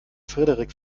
frederik